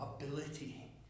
ability